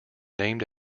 named